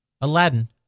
Aladdin